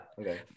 Okay